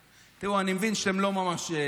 תראו, אני מבין שאתם לא ממש,